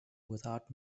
without